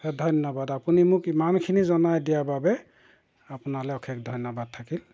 ধন্যবাদ আপুনি মোক ইমানখিনি জনাই দিয়াৰ বাবে আপোনালৈ অশেষ ধন্যবাদ থাকিল